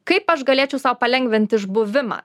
kaip aš galėčiau sau palengvint išbuvimą